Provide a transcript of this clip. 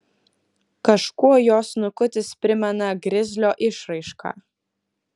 kažkuo jo snukutis primena grizlio išraišką